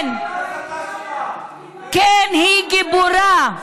כן, כן, גיבורה,